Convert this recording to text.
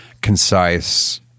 concise